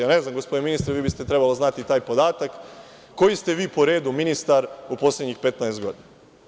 Ja ne znam, gospodine ministre, vi biste trebali znati taj podatak, koji ste vi po redu ministar u poslednjih 15 godina?